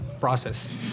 process